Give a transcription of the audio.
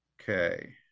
Okay